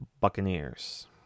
Buccaneers